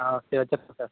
ஆ சரி வச்சுட்ருட்றேன் சார்